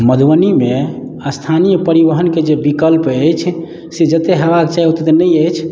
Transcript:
मधुबनी मे स्थानीय परिवहन के जे विकल्प अछि से जते हेबाके चाही ओते तऽ नहि अछि